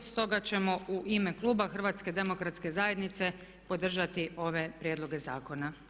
Stoga ćemo u ime kluba HDZ-a podržati ove prijedloge zakona.